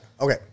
Okay